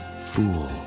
Fool